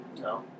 No